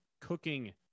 cooking